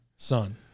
Son